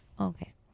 Okay